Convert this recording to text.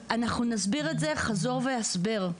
ואנחנו נסביר את זה חזור והסבר,